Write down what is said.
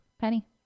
Penny